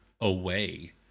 away